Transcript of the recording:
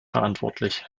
verantwortlich